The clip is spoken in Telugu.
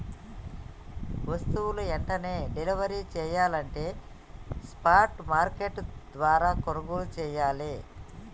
వస్తువులు వెంటనే డెలివరీ చెయ్యాలంటే స్పాట్ మార్కెట్ల ద్వారా కొనుగోలు చెయ్యాలే